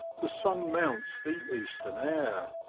the sun mounts the eastern air,